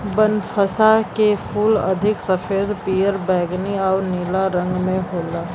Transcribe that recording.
बनफशा के फूल अधिक सफ़ेद, पियर, बैगनी आउर नीला रंग में होला